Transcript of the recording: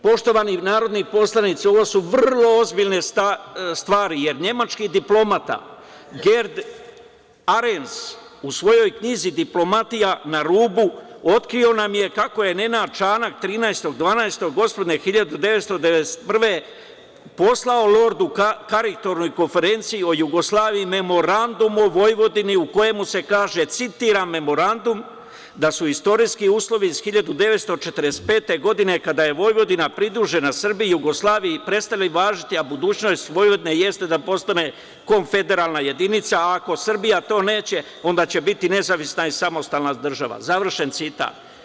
Poštovani narodni poslanici, ovo su vrlo ozbiljne stvari, jer nam je nemački diplomata Gerd Arens u svojoj knjizi "Diplomatija na rubu" otkrio kako je Nenad Čanak 13. decembra 1991. godine poslao lordu Karingtonu i Konferenciji o Jugoslaviji Memorandum o Vojvodinu u kojem se kaže, citiram Memorandum, da su istorijski uslovi iz 1945. godine, kada je Vojvodina pridružena Srbiji, Jugoslaviji, prestali važiti, a budućnost Vojvodine jeste da postane konfederalna jedinica, a ako Srbija to neće, onda će biti nezavisna i samostalna država, završen citat.